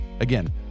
Again